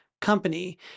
company